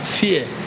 fear